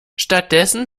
stattdessen